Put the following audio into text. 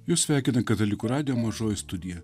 jus sveikina katalikų radijo mažoji studija